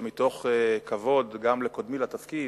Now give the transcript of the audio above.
ומתוך כבוד גם לקודמי בתפקיד,